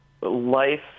life